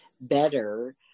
better